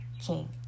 king